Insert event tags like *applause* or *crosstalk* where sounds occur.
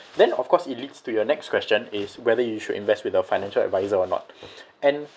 then of course it leads to your next question is whether you should invest with a financial advisor or not *breath* and